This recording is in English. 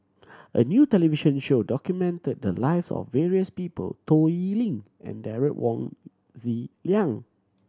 a new television show documented the lives of various people Toh Liying and Derek Wong Zi Liang